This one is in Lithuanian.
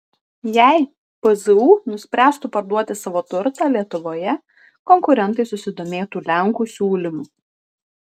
jei pzu nuspręstų parduoti savo turtą lietuvoje konkurentai susidomėtų lenkų siūlymu